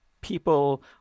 people